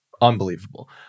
Unbelievable